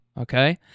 okay